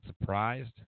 surprised